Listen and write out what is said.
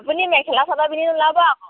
আপুনি মেখেলা চাদৰ পিন্ধি ওলাব আকৌ